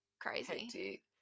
crazy